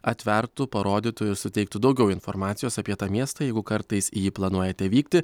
atvertų parodytų ir suteiktų daugiau informacijos apie tą miestą jeigu kartais jį planuojate vykti